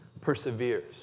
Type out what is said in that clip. perseveres